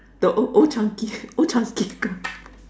the Old~ Old Chang-Kee Old Chang-Kee